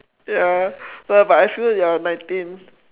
ya but I feel that I'm nineteen